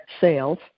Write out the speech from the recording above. sales